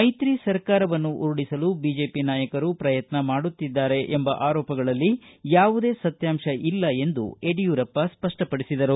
ಮೈತ್ರಿ ಸರ್ಕಾರವನ್ನು ಉರುಳಿಸಲು ಬಿಜೆಪಿ ನಾಯಕರು ಪ್ರಯತ್ನ ಮಾಡುತ್ತಿದ್ದಾರೆ ಎಂಬ ಆರೋಪಗಳಲ್ಲಿ ಯಾವುದೇ ಸತ್ಕಾಂಶವಿಲ್ಲ ಎಂದು ಯಡಿಯೂರಪ್ಪ ಸ್ಪಷ್ಟಪಡಿಸಿದರು